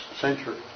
century